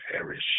perish